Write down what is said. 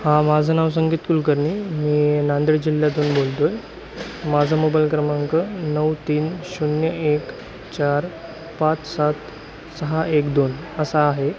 हा माझं नाव संकेत कुलकर्नी मी नांदेड जिल्ह्यातून बोलतो आहे माझा मोबाईल क्रमांक नऊ तीन शून्य एक चार पाच सात सहा एक दोन असा आहे